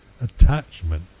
attachment